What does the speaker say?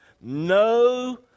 no